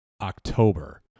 October